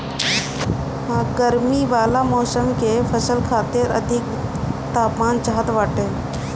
गरमी वाला मौसम के फसल खातिर अधिक तापमान चाहत बाटे